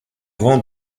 rang